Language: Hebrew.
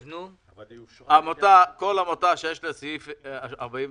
אישור לעניין סעיף 46,